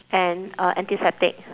and uh antiseptic